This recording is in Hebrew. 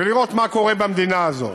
ולראות מה קורה במדינה הזאת.